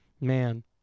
man